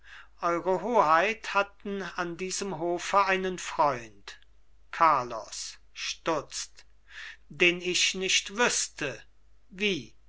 eure hoheit hatten an diesem hofe einen freund carlos stutzt den ich nicht wüßte wie